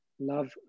love